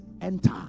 enter